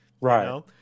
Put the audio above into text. right